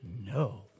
No